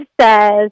says